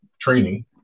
training